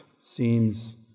seems